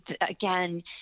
again